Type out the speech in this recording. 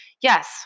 Yes